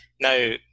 Now